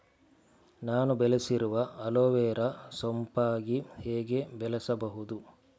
ನಾನು ಬೆಳೆಸಿರುವ ಅಲೋವೆರಾ ಸೋಂಪಾಗಿ ಹೇಗೆ ಬೆಳೆಸಬಹುದು?